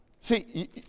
See